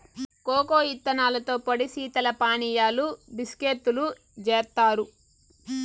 cocoa ఇత్తనాలతో పొడి శీతల పానీయాలు, బిస్కేత్తులు జేత్తారు